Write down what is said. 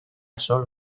solo